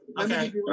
okay